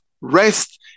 rest